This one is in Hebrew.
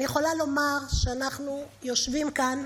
אני יכולה לומר שאנחנו יושבים כאן,